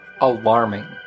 alarming